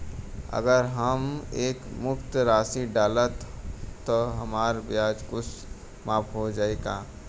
अगर हम एक मुस्त राशी डालब त हमार ब्याज कुछ माफ हो जायी का?